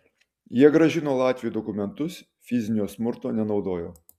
jie grąžino latviui dokumentus fizinio smurto nenaudojo